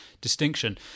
distinction